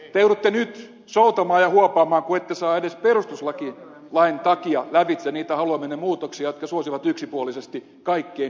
te joudutte nyt soutamaan ja huopaamaan kun ette saa edes perustuslain takia lävitse niitä haluamianne muutoksia jotka suosivat yksipuolisesti kaikkein hyvätuloisimpia ihmisiä